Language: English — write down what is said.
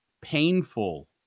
painful